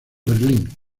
berlín